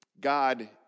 God